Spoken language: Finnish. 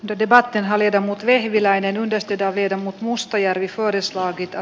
de debatin hali teemu vehviläinen ostetaan viedä mut mustajärvi korostaa pitää